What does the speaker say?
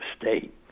state